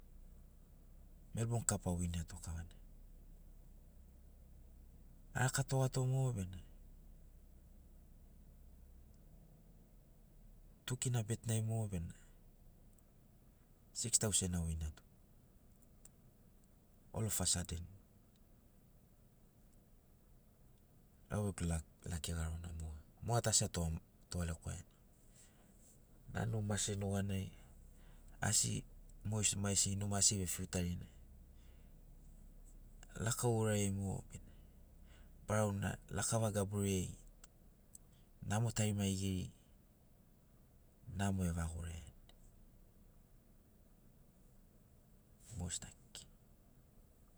Melbon cap awiniato kavana araka togato mo bena tu kina bet nai mo bena six tausen awiniato ol of a saden au gegu laki garona moga tu asi atugarekwaiani nanu mase nuganai asi mogesi maigesi numa asi vefiutarina laka urariai mogo bena barau na lakava gaburiai namo tarimari geri namo evagoraiani mogesina kekei